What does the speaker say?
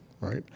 right